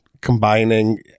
combining